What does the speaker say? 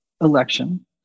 election